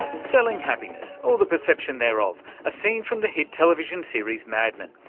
selling happiness or the perception thereof a scene from the hit television series mad men,